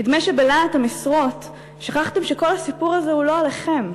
נדמה שבלהט המשרות שכחתם שכל הסיפור הזה הוא לא עליכם,